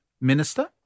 minister